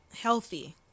healthy